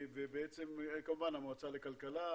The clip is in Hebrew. כמובן המועצה לכלכלה,